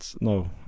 No